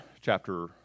Chapter